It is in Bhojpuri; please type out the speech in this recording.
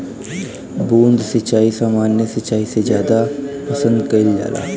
बूंद सिंचाई सामान्य सिंचाई से ज्यादा पसंद कईल जाला